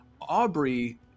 Aubrey